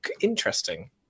interesting